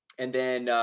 and then ah,